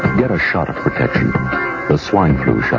get a shot of swine flu